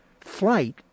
flight